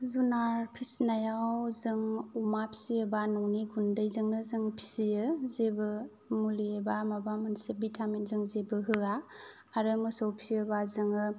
जुनार फिसिनायाव जों अमा फिसियोब्ला जों न'नि गुन्दैजोंनो फिसियो जेबो मुलि एबा माबा मोनसे भिटामिन जों जेबो होआ आरो मोसौ फिसियोब्ला जोङो